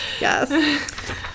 Yes